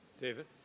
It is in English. David